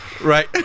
right